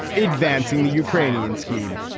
advancing the ukrainian scheme,